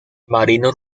marino